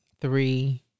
three